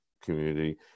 community